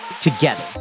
together